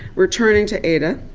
returning to ada.